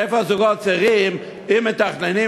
איפה הזוגות הצעירים אם מתכננים,